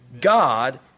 God